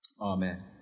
Amen